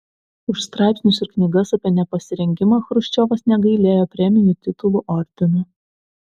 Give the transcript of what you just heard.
už straipsnius ir knygas apie nepasirengimą chruščiovas negailėjo premijų titulų ordinų